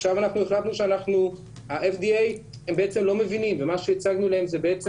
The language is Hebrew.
עכשיו אנחנו החלטנו שה-FDA בעצם לא מבינים ומה שהצגנו להם בעצם